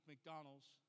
McDonald's